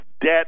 debt